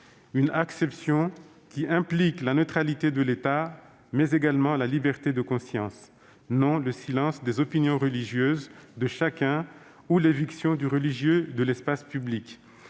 une acception qui implique la neutralité de l'État et la liberté de conscience, non le silence des opinions religieuses de chacun ou l'éviction du religieux de l'espace public.